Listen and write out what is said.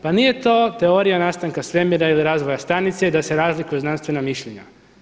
Pa nije to teorija nastanka svemira ili razvoja stanice i da se razlikuju znanstvena mišljenja.